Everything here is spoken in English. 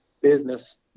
business